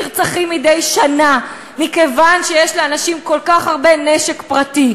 נרצחים מדי שנה מכיוון שיש לאנשים כל כך הרבה נשק פרטי.